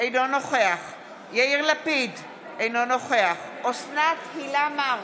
אינו נוכח יאיר לפיד, אינו נוכח אוסנת הילה מארק,